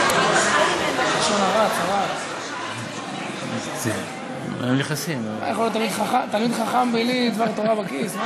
לשון הרע, צרעת, תלמיד חכם בלי דבר תורה בכיס?